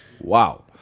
Wow